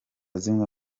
zimwe